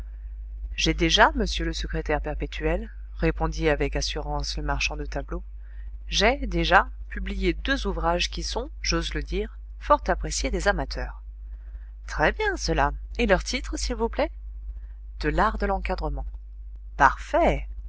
j'ai déjà m le secrétaire perpétuel répondit avec assurance le marchand de tableaux j'ai déjà publié deux ouvrages qui sont j'ose le dire fort appréciés des amateurs très bien cela et leurs titres s'il vous plaît de l'art de l'encadrement parfait